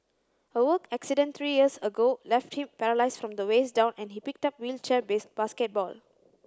a work accident three years ago left him paralysed from the waist down and he picked up wheelchair base basketball